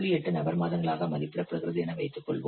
8 நபர் மாதங்களாக மதிப்பிடப்படுகிறது என வைத்துக்கொள்வோம்